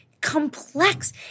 complex